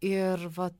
ir va